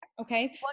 Okay